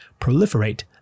proliferate